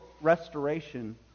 restoration